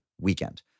weekend